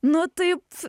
nu taip